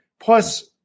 Plus